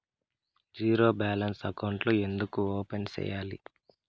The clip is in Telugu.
జీరో బ్యాలెన్స్ అకౌంట్లు ఎందుకు ఓపెన్ సేయాలి